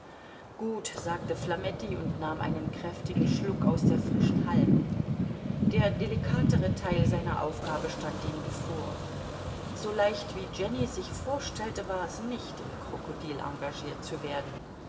gut sagte flametti und nahm einen kräftigen schluck aus der frischen halben der delikatere teil seiner aufgabe stand ihm bevor so leicht wie jenny sich vorstellte war es nicht im krokodil engagiert zu werden